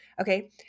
Okay